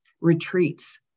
retreats